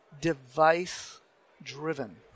device-driven